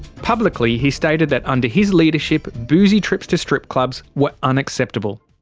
publicly he stated that under his leadership, boozy trips to strip clubs were unacceptable.